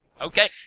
okay